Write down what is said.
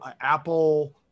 Apple